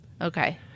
Okay